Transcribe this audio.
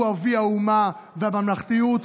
הוא אבי האומה והממלכתיות.